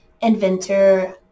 Inventor